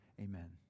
amen